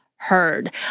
Heard